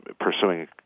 pursuing